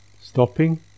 stopping